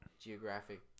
Geographic